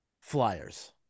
Flyers